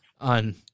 on